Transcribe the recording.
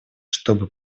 чтобы